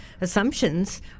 assumptions